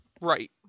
Right